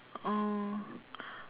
oh